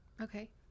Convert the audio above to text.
okay